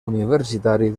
universitari